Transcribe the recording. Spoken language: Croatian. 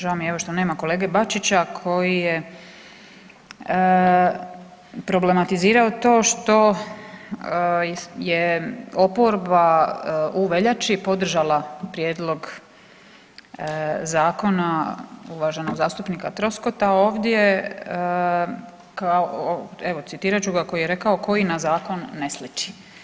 Žao mi je evo što nema kolege Bačića koji je problematizirao to što je oporba u veljači podržala prijedlog zakona uvaženog zastupnika Troskota ovdje kao, evo citirat ću ga koji je rekao koji na zakon ne sliči.